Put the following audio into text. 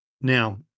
Now